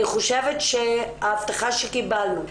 אני חושבת שההבטחה שקיבלנו,